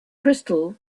crystal